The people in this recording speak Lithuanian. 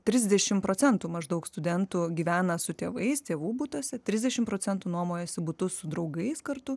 trisdešimt procentų maždaug studentų gyvena su tėvais tėvų butuose trisdešimt procentų nuomojasi butus su draugais kartu